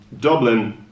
Dublin